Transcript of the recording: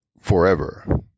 forever